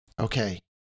Okay